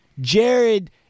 Jared